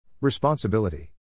Responsibility